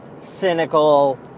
cynical